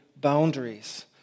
boundaries